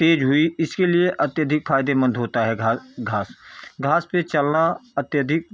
तेज़ हुई इसके लिए अत्यधिक फ़ायदेमंद होता है घा घास घास पर चलना अत्यधिक